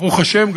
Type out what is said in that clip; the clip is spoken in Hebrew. ברוך השם,